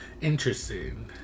Interesting